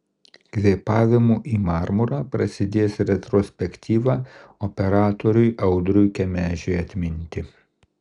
kvėpavimu į marmurą prasidės retrospektyva operatoriui audriui kemežiui atminti